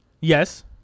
Yes